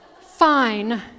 Fine